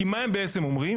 כי מה הם בעצם אומרים?